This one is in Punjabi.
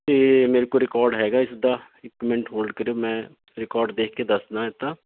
ਅਤੇ ਮੇਰੇ ਕੋਲ ਰਿਕੋਡ ਹੈਗਾ ਇਸਦਾ ਇੱਕ ਮਿੰਟ ਹੋਲਡ ਕਰਿਓ ਮੈਂ ਰਿਕੋਡ ਦੇਖ ਕੇ ਦੱਸਦਾ ਇਸਦਾ